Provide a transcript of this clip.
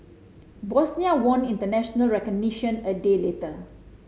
Bosnia won international recognition a day later